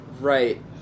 Right